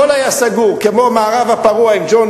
הכול היה סגור כמו המערב הפרוע עם ג'ון